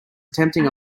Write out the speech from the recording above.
attempting